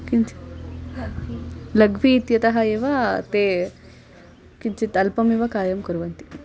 किञ्चित् लघ्वी इत्यतः एव ते किञ्चित् अल्पमेव कार्यं कुर्वन्ति